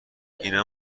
اینا